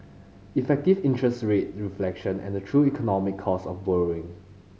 effective interest rates reflection a true economic cost of borrowing